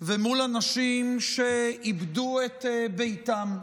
ומול אנשים שאיבדו את ביתם.